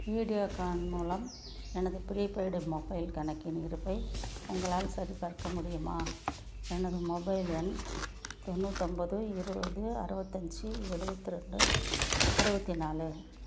வீடியோகான் மூலம் எனது prepaid mobile கணக்கின் இருப்பை உங்களால் சரிபார்க்க முடியுமா எனது மொபைல் எண் தொண்ணூத்தொன்பது இருபது அறுபத்தஞ்சி எழுவத்தி ரெண்டு அறுபத்தி நாலு